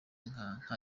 nta